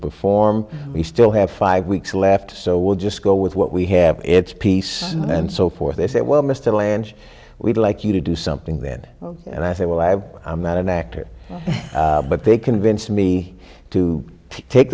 perform we still have five weeks left so we'll just go with what we have it's peace and so forth they said well mr lanch we'd like you to do something then and i said well i have i'm not an actor but they convinced me to take